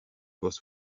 was